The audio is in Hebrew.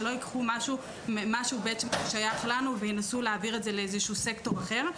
שלא ייקחו משהו ששייך לנו וינסו להעביר את זה לאיזה שהוא סקטור אחר.